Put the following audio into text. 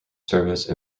service